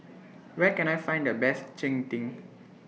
Where Can I Find The Best Cheng Tng